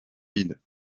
vide